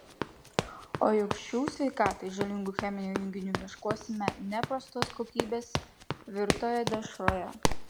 o juk šių sveikatai žalingų cheminių junginių ieškosime ne prastos kokybės virtoje dešroje